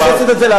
את מנכסת את זה,